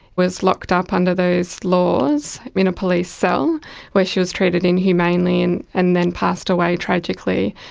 was locked up under those laws in a police cell where she was treated inhumanely and and then passed away tragically.